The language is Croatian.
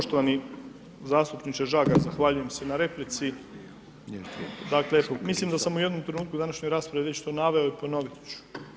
Poštovani zastupniče Žagar, zahvaljujem se na replici, dakle mislim da sam u jednom trenutku u današnjoj raspravi već to naveo i ponovit ću.